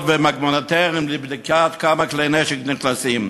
ומגנומטרים כדי לבדוק כמה כלי נשק נכנסים.